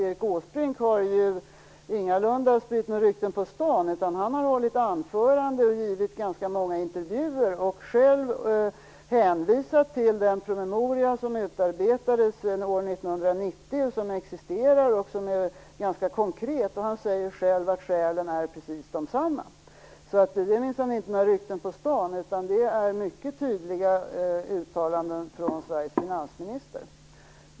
Erik Åsbrink har nämligen ingalunda spritt några rykten på stan, utan han har hållit anföranden, givit ganska många intervjuer och själv hänvisat till den promemoria som utarbetades under år 1990. Den existerar alltså ganska konkret. Han säger själv att skälen är precis de samma. Detta är minsann inte några rykten på stan, utan mycket tydliga uttalanden från Sveriges finansminister.